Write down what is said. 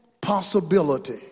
possibility